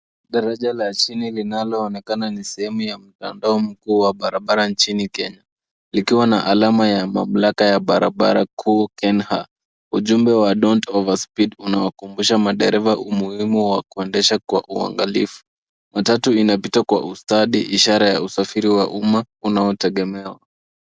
Daraja la chini linaloonekana ni sehemu ya mtandao mkuu wa barabara nchini Kenya likiwa na alama ya mamlaka ya barabara kuu KeNHA. Ujumbe wa don't over speed unawakumbusha madereva umuhimu wa kuendesha kwa uangalifu. Matatu inapita kwa ustadi ishara ya usafiri wa umma unaotegemewa.